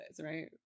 right